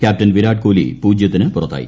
captain Virat Kohli പൂജൃത്തിന് പുറത്തായി